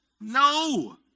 No